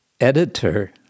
editor